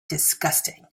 disgusting